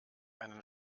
einen